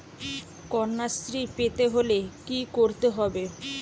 কন্যাশ্রী পেতে হলে কি করতে হবে?